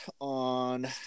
on